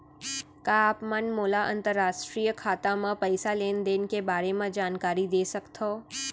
का आप मन मोला अंतरराष्ट्रीय खाता म पइसा लेन देन के बारे म जानकारी दे सकथव?